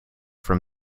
from